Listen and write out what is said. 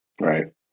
right